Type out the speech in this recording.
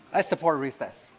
i support recess.